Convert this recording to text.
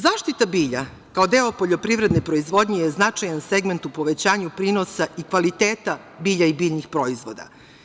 Zaštita bilja kao deo poljoprivredne proizvodnje je značajan segment u povećanju prinosa i kvaliteta bilja i biljnih proizvoda.